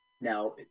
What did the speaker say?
Now